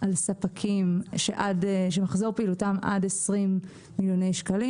על ספקים שמחזור פעילותם עד 20 מיליון שקל,